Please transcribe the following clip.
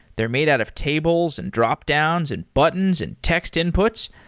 they're made out of tables, and dropdowns, and buttons, and text inputs.